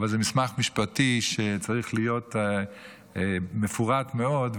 אבל זה מסמך משפטי שצריך להיות מפורט מאוד,